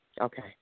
Okay